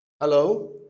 Hello